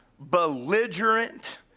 belligerent